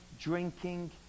drinking